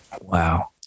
Wow